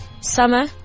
summer